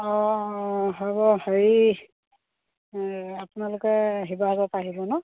অঁ অ হ'ব হেৰি আপোনালোকে শিৱসাগৰৰ পৰা আহিব নহ্